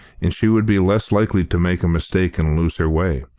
and she would be less likely to make a mistake and lose her way.